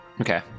Okay